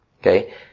Okay